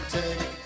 take